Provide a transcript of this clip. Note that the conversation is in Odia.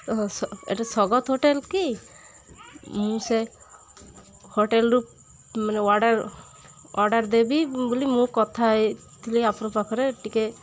ଓହଃ ଯ ଏଇଟା ସ୍ୱାଗତ ହୋଟେଲ କି ମୁଁ ସେ ହୋଟେଲରୁ ମାନେ ଅର୍ଡ଼ର ଅର୍ଡ଼ର ଦେବି ବୋଲି ମୁଁ କଥା ହେଇଥିଲି ଆପଣ ପାଖରେ ଟିକେ